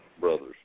brothers